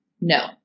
No